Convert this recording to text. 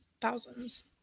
thousands